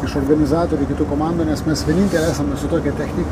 iš organizatorių kitų komandų nes mes vieninteliai esame su tokia technika